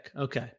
Okay